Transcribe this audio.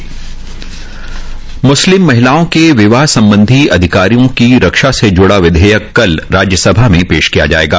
म्स्लिम महिलाओं के विवाह सम्बधी अधिकारों की रक्षा से ज्डा विधेयक कल राज्यसभा में पेश किया जायेगा